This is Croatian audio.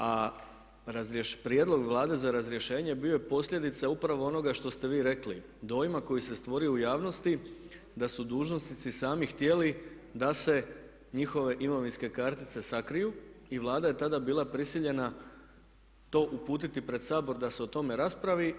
A prijedlog Vlade za razrješenje bio je posljedica upravo onoga što ste vi rekli, dojma koji se stvorio u javnosti da su dužnosnici sami htjeli da se njihove imovinske kartice sakriju i Vlada je tada bila prisiljena to uputiti pred Sabor da se o tome raspravi.